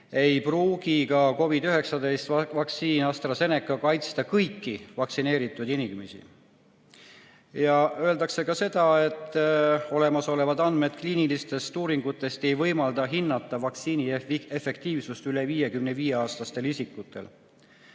ei pruugi ka COVID-19 vaktsiin AstraZeneca kaitsta kõiki vaktsineeritud inimesi. Öeldakse ka seda, et olemasolevad andmed kliinilistest uuringutest ei võimalda hinnata vaktsiini efektiivsust üle 55‑aastastel isikutel.